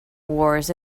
wars